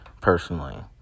personally